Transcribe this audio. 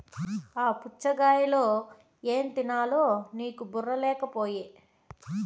ఆ పుచ్ఛగాయలో ఏం తినాలో నీకు బుర్ర లేకపోయె